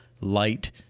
light